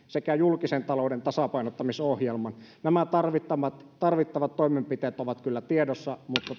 sekä julkisen talouden tasapainottamisohjelman nämä tarvittavat tarvittavat toimenpiteet ovat kyllä tiedossa mutta